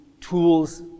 tools